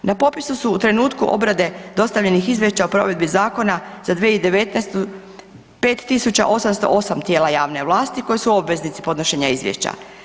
Na popisu su u trenutku obrade dostavljenih izvješća o provedbi zakona za 2019. 5 808 tijela javne vlasti koje su obveznici podnošenja izvješća.